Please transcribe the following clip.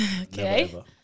Okay